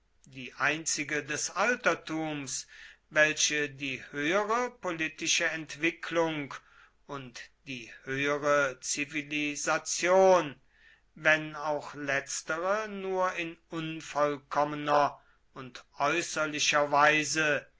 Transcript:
die einzige des altertums welche die höhere politische entwicklung und die höhere zivilisation wenn auch letztere nur in unvollkommener und äußerlicher weise